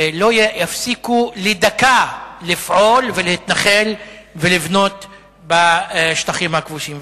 לא יפסיקו לדקה לפעול ולהתנחל ולבנות בשטחים הכבושים,